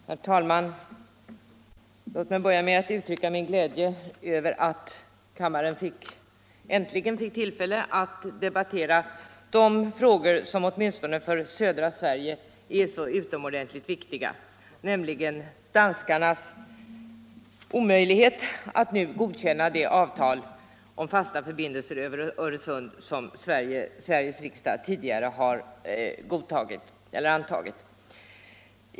Herr talman! Låt mig börja med att uttrycka min glädje över att kammaren äntligen fått tillfälle att debattera den fråga som åtminstone för södra Sverige är så utomordentligt viktig, nämligen danskarnas beslut att nu inte godkänna det avtal om fasta förbindelser över Öresund som Sveriges riksdag tidigare har antagit.